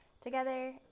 together